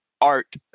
art